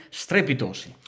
strepitosi